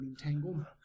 entangled